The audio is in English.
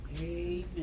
Amen